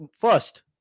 first